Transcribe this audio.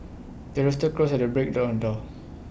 the rooster crows at the break of dawn